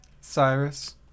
Cyrus